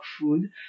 food